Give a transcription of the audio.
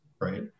right